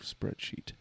spreadsheet